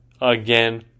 again